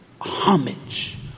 homage